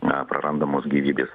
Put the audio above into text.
na prarandamos gyvybės